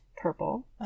purple